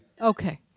okay